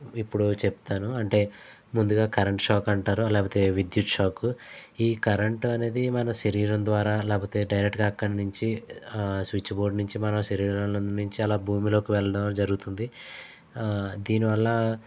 ఇప్పుడు చెప్తాను అంటే ముందుగా కరెంట్ షాక్ అంటారు లేకపోతే విద్యుత్షాక్ ఈ కరెంట్ అనేది మన శరీరం ద్వారా లేకపోతే డైరెక్ట్ గా అక్కడ్నించి స్విచ్ బోర్డు నుంచి మన శరీరం నుంచి అలా భూమిలోకి వెళ్ళడం జరుగుతుంది దీనివల్ల